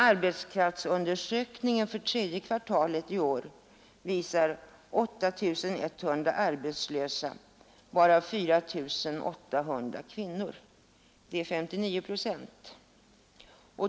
Arbetskraftsundersökningen för tredje kvartalet i år redovisar 8 100 arbetslösa, varav 4 800 kvinnor, alltså 59 procent.